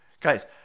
Guys